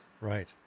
Right